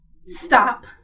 stop